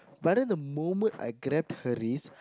but then the moment I grabbed her wrist